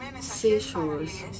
seashores